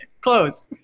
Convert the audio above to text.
Close